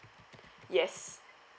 yes